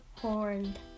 horned